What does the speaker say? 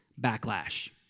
backlash